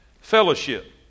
Fellowship